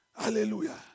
Hallelujah